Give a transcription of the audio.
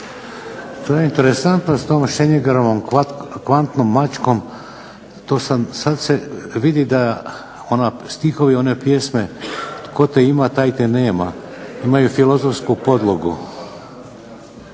To je interesantno s tom Schrödingerova kvantnom mačkom. To sam, sad se vidi da ona, stihovi one pjesme, tko te ima taj te nema imaju filozofsku podlogu.